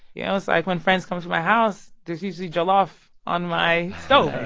you know? it's like, when friends come to my house, there's usually jollof on my stove